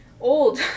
old